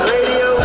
Radio